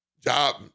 job